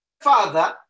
Father